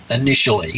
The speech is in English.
initially